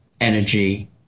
energy